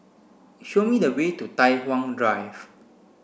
show me the way to Tai Hwan Drive